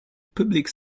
public